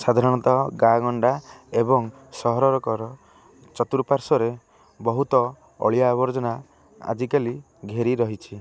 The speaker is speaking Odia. ସାଧାରଣତଃ ଗାଁ ଗଣ୍ଡା ଏବଂ ସହରରକର ଚତୁଃପାର୍ଶ୍ୱରେ ବହୁତ ଅଳିଆ ଆବର୍ଜନା ଆଜିକାଲି ଘେରି ରହିଛି